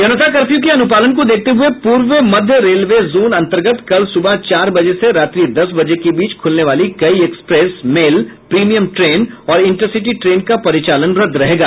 जनता curfew के अनुपालन को देखते हुये पूर्व मध्य रेलवे जोन अंतर्गत कल सुबह चार बजे से रात्रि दस बजे के बीच खुलने वाली कई एक्सप्रेस मेल प्रीमियम ट्रेन और इंटरसिटी ट्रेन का परिचालन रद्द रहेगा